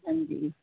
ਹਾਂਜੀ